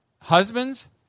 Husbands